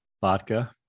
vodka